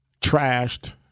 trashed